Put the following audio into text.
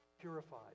purified